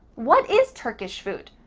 what is turkish food?